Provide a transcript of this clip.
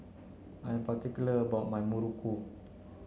I'm particular about my Muruku